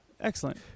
Excellent